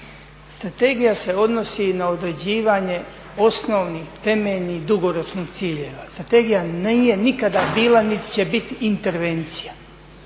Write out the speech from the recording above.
Strategija se odnosi na određivanje osnovnih, temeljnih, dugoročnih ciljeva. Strategija nije nikada bila niti će biti intervencija